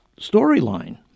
storyline